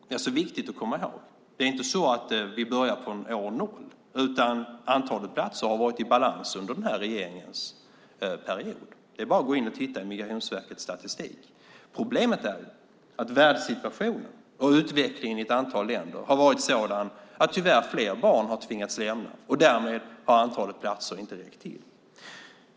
Det är viktigt att komma ihåg. Det är inte så att vi börjar från år 0, utan antalet platser har varit i balans under den här regeringsperioden. Det är bara att gå in och titta i Migrationsverkets statistik. Problemet är att världssituationen och utvecklingen i ett antal länder har varit sådan att fler barn tyvärr har tvingats lämna, och därmed har antalet platser inte räckt till.